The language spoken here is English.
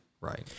Right